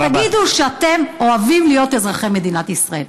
ותגידו שאתם אוהבים להיות אזרחי מדינת ישראל.